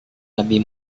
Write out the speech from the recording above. lebih